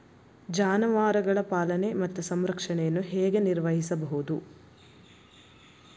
ಜಾನುವಾರುಗಳ ಪಾಲನೆ ಮತ್ತು ಸಂರಕ್ಷಣೆಯನ್ನು ಹೇಗೆ ನಿರ್ವಹಿಸಬಹುದು?